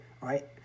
right